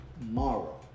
tomorrow